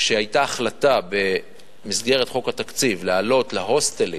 היתה החלטה במסגרת חוק התקציב להעלות להוסטלים,